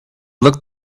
looked